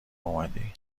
اومدی